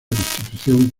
constitución